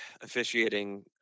officiating